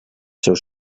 seus